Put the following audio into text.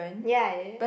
ya